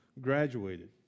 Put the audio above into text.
graduated